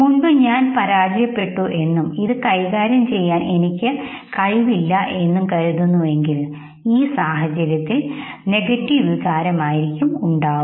മുൻപ് ഞാൻ പരാജയപ്പെട്ടുവെന്നും ഇത് കൈകാര്യം ചെയ്യാൻ ഞാൻ കഴിവില്ലാത്തവനാണെന്നും കരുതുന്നുവെങ്കിൽ ഭാവിയിൽ ഈ സാഹചര്യത്തിൽ എന്നിൽ നെഗറ്റീവ് വികാരം ഉണ്ടാകും